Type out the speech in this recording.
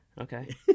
okay